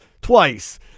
twice